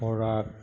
পৰাগ